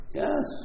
yes